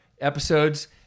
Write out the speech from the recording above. episodes